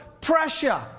pressure